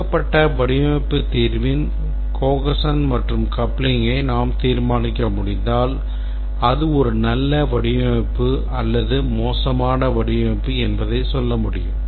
கொடுக்கப்பட்ட வடிவமைப்பு தீர்வின் cohesion மற்றும் coupling நாம் தீர்மானிக்க முடிந்தால் அது ஒரு நல்ல வடிவமைப்பு அல்லது மோசமான வடிவமைப்பு என்பதை சொல்ல முடியும்